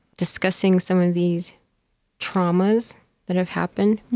discussing some of these traumas that have happened.